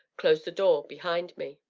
closed the door behind me.